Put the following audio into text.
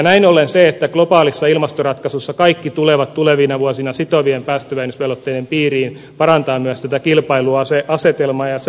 näin ollen se että globaalissa ilmastoratkaisussa kaikki tulevat tulevina vuosina sitovien päästövähennysvelvoitteiden piiriin parantaa myös tätä kilpailuasetelmaa